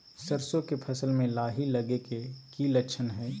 सरसों के फसल में लाही लगे कि लक्षण हय?